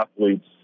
athletes